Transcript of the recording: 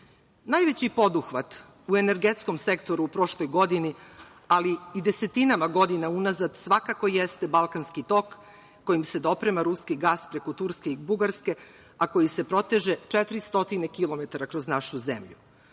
Najveći poduhvat u energetskom sektoru u prošloj godini ali i desetinama godina unazad svakako jeste Balkanski tok kojim se dopreman ruski gas preko Turske i Bugarske, a koji se proteže čak 400 kilometara kroz našu zemlju.